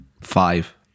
five